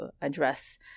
address